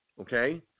okay